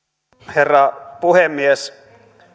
herra puhemies